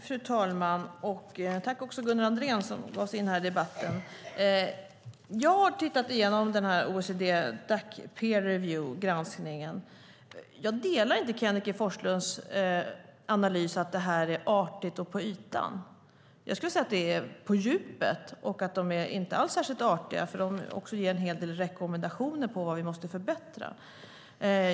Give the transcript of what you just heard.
Fru talman! Tack, Gunnar Andrén, som gav sig in i debatten! Jag har tittat igenom OECD-Dacs peer review-granskning, och jag delar inte Kenneth G Forslunds analys om att den är artig och ytlig. Jag skulle vilja säga att de har gått på djupet och att de inte alls är särskilt artiga. De ger nämligen också en hel del rekommendationer på vad vi måste förbättra.